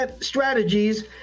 strategies